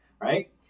right